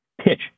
pitch